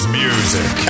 music